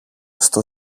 στο